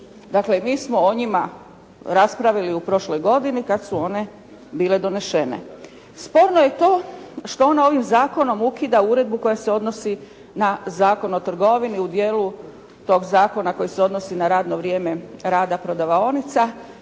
Dakle, mi smo o njima raspravili u prošloj godini kad su one bile donešene. Sporno je to što ona ovim zakonom ukida uredbu koja se odnosi na Zakon o trgovini u dijelu tog zakona koji se odnosi na radno vrijeme rada prodavaonica